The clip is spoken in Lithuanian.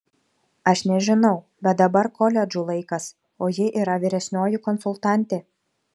aš nežinau bet dabar koledžų laikas o ji yra vyresnioji konsultantė